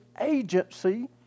agency